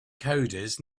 coders